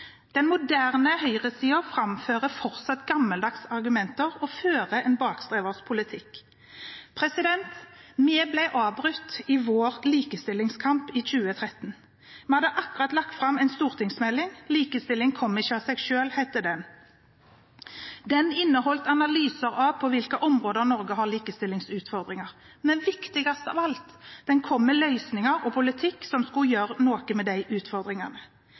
Den moderne høyresiden framfører fortsatt gammeldagse argumenter og fører en bakstreversk politikk. Vi ble avbrutt i vår likestillingskamp i 2013. Vi hadde akkurat lagt fram en stortingsmelding som het Likestilling kommer ikke av seg selv, som inneholdt analyser av på hvilke områder Norge har likestillingsutfordringer. Men viktigst av alt: Den kom med løsninger og politikk som skulle gjøre noe med disse utfordringene.